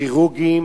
כירורגים,